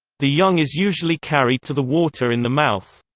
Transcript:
the young is usually carried to the water in the mouth.